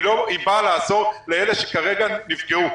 היא באה לעזור לאלה שכרגע נפגעו.